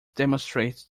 demonstrates